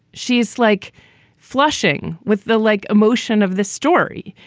she's like flushing with the leg emotion of the story.